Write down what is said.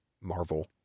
Marvel+